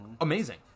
Amazing